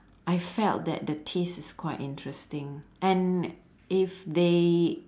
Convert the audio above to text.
I felt that the taste is quite interesting and if they